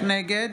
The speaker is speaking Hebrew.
נגד